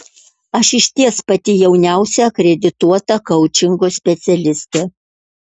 aš išties pati jauniausia akredituota koučingo specialistė